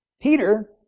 Peter